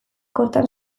kortan